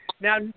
Now